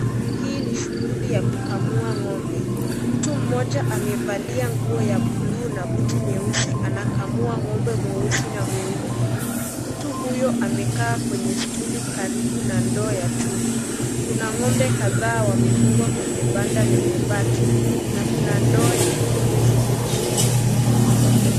Hii ni shughuli ya kukamua ng'ombe. Mtu mmoja amevalia nguo ya buluu na buti nyeusi anakamua ng'ombe mweusi na mweupe. Mtu huyo, amekaa kwenye stuli karibu na ndoo ya chuma. Kuna ng'ombe kadhaa wamefungwa kwenye banda lenye bati na kuna ndoo nyingine ziko chini.